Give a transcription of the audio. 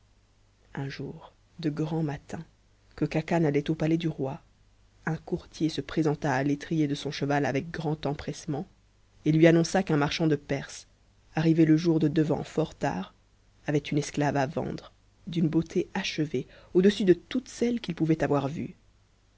un jour de grand matin que khacan allait au palais du roi un courtier se présenta à l'étrier de son cheval avec grand empressement et lui annonça qu'un marchand de perse arrivé le jour de devant fort tard avait une esclave à vendre d'une beauté achevée au-dessus de toutes celles qu'il pouvait avoir vues